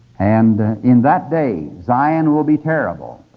and in that day, zion will be terrible